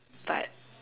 but